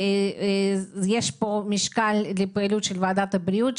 יש פה משקל לפעילות של ועדת הבריאות,